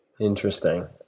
Interesting